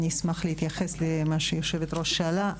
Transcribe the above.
אני אשמח להתייחס למה שהיושבת-ראש שאלה.